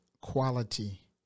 quality